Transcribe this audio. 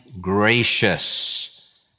gracious